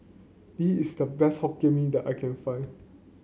this is the best Hokkien Mee that I can find